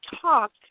talk